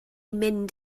mynd